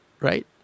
right